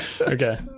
Okay